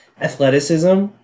athleticism